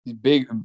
big